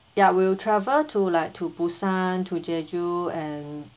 ya we'll travel to like to busan to jeju and